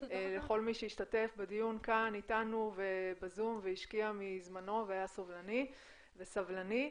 לכל מי שהשתתף בדיון כאן איתנו ובזום והשקיע מזמנו והיה סובלני וסבלני.